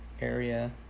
area